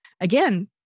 again